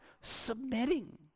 submitting